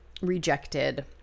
rejected